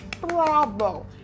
Bravo